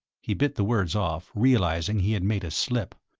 he bit the words off, realizing he had made a slip,